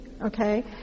Okay